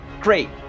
Great